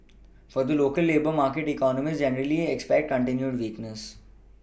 for the local labour market economists generally expect continued weakness